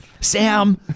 Sam